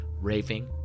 raving